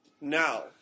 now